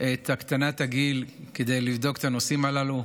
את הורדת הגיל כדי לבדוק את הנושאים הללו,